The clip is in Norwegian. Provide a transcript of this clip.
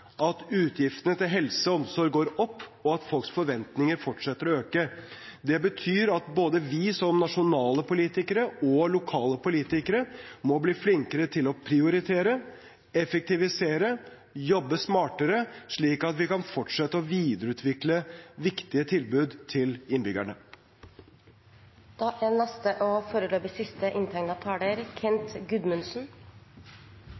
at utgiftene til helse og omsorg går opp, og at folks forventninger fortsetter å øke. Det betyr at både vi som nasjonale politikere og lokale politikere må bli flinkere til å prioritere, effektivisere og jobbe smartere, slik at vi kan fortsette å videreutvikle viktige tilbud til